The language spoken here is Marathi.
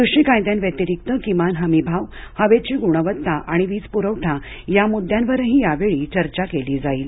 कृषी कायद्यांव्यतिरिक्त किमान हमी भाव हवेची गुणवत्ता आणि वीजप्रवठा या मुद्यांवरही यावेळी चर्चा केली जाईल